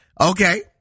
Okay